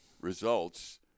results